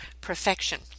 perfection